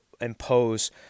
impose